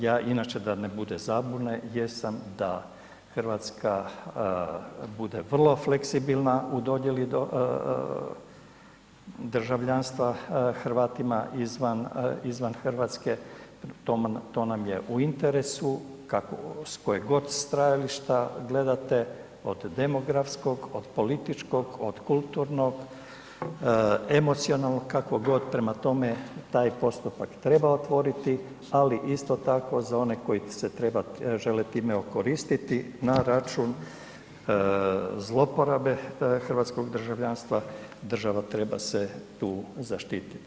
Ja inače da ne bude zabune jesam da Hrvatska bude vrlo fleksibilna u dodijeli državljanstva Hrvatima izvan Hrvatske, to nam je u interesu, kako s kojeg god stajališta gledate, od demografskog, od političkog, od kulturnog, emocionalnog kako god, prema tome taj postupak treba otvoriti, fali isto tako za one koji se žele time okoristiti na račun zlouporabe hrvatskog državljanstva, država treba se tu zaštiti.